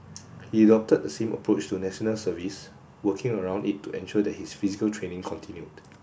he adopted the same approach to National Service working around it to ensure that his physical training continued